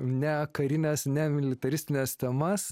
ne karines ne militaristines temas